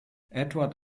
edward